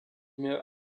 mir